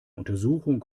untersuchung